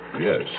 Yes